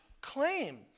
claim